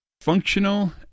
functional